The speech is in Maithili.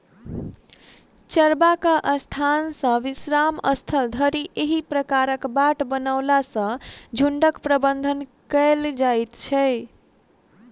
चरबाक स्थान सॅ विश्राम स्थल धरि एहि प्रकारक बाट बनओला सॅ झुंडक प्रबंधन कयल जाइत छै